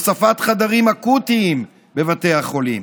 הוספת חדרים אקוטיים בבתי החולים,